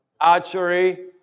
archery